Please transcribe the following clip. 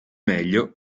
meglio